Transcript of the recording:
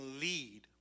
lead